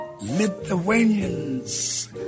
Lithuanians